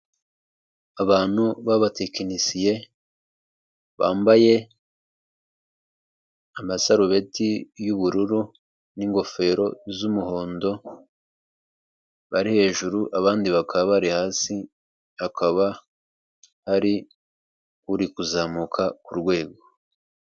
Abantu b'abatekinisiye bambaye amasarubeti y'ubururu n' ingofero z'umuhondo, bari hejuru abandi bakaba bari hasi, hakaba hari uri kuzamuka ku rwego.